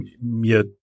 mir